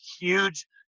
huge